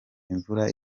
imvura